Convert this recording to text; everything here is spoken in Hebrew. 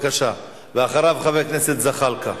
חבר הכנסת זחאלקה.